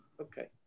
Okay